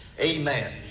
Amen